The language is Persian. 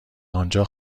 آنجا